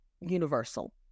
universal